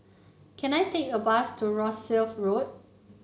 can I take a bus to Rosyth Road